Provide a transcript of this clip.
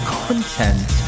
content